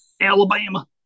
Alabama